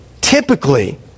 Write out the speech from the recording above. typically